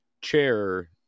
chair